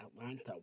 Atlanta